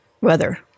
weather